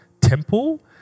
temple